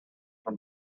from